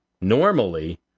normally